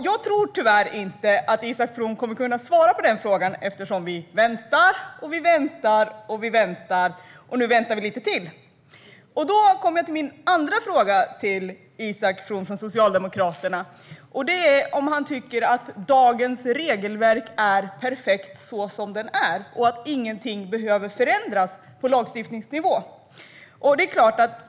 Jag tror tyvärr inte att Isak From kommer att kunna svara på den frågan, eftersom vi har väntat och väntat. Och nu väntar vi lite till. Då kommer jag till min andra fråga till Isak From från Socialdemokraterna. Jag undrar om han tycker att dagens regelverk är perfekt så som det är och att ingenting behöver förändras på lagstiftningsnivå.